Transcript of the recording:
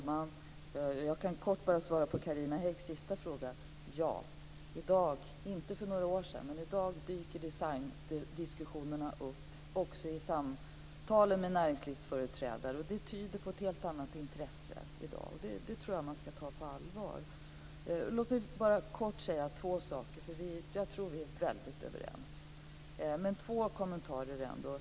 Fru talman! På Carina Häggs sista fråga är svaret: Ja, i dag men inte för några år sedan. I dag dyker designdiskussionerna upp också i samtalen med näringslivsföreträdare. Det tyder på ett helt annat intresse i dag och det tror jag att man ska ta på allvar. Låt mig helt kort bara säga två saker. Jag tror att vi är väldigt överens men två kommentarer vill jag ändå göra.